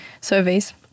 surveys